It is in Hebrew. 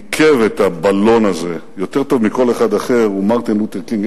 שניקב את הבלון הזה יותר טוב מכל אחד אחר הוא מרטין לותר קינג.